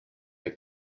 eine